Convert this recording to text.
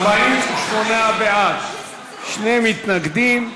(תנאים לפטור מארנונה למוסד מתנדב),